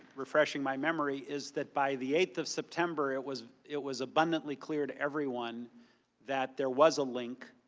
refreshing my memory is that by the eighth of september it was it was abundantly clear to everyone that there was a link